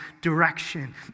direction